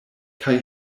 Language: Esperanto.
kaj